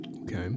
Okay